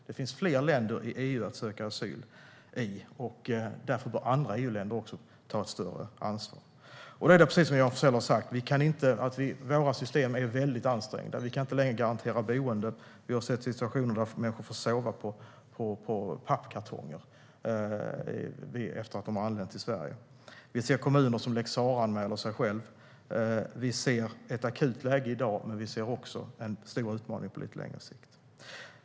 Det finns fler länder i EU att söka asyl i. Därför bör andra EU-länder också ta ett större ansvar. Som Johan Forssell har sagt är våra system väldigt ansträngda. Vi kan inte längre garantera boende. Vi har haft situationer då människor fått sova på pappkartonger efter att ha anlänt till Sverige. Vi ser kommuner som anmäler sig själva enligt lex Sarah. Vi ser ett akut läge i dag. Men vi ser också en stor utmaning på längre sikt.